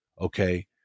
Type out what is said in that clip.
Okay